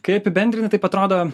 kai apibendrini taip atrodo